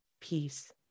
peace